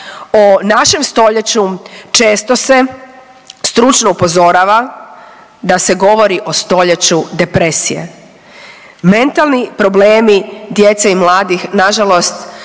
o našem stoljeću često se stručno upozorava da se govori o stoljeću depresije. Mentalni problemi djece i mladih nažalost